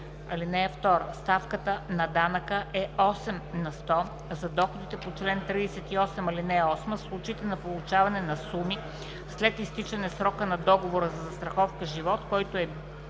„(2) Ставката на данъка е 8 на сто за доходите по чл. 38, ал. 8, в случаите на получаване на суми след изтичане срока на договора за застраховка „Живот“, който е